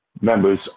members